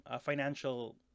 financial